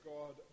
God